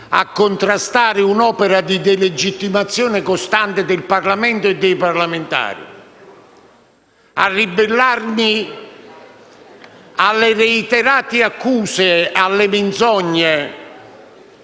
a contrastare un'opera di delegittimazione costante del Parlamento e dei parlamentari, a ribellarmi alle reiterate accuse, alle menzogne